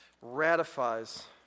ratifies